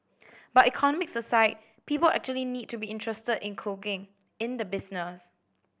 but economics aside people actually need to be interested in cooking in the business